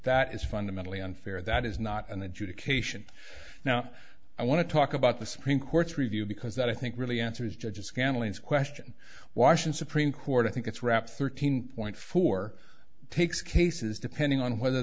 that is fundamentally unfair that is not an adjudication now i want to talk about the supreme court's review because that i think really answers judges families question washing supreme court i think it's wrapped thirteen point four takes cases depending on whether